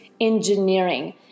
engineering